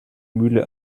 mühle